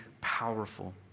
powerful